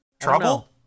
Trouble